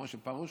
משה פרוש,